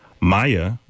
Maya